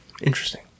interesting